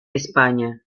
españa